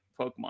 Pokemon